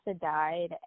died